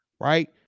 Right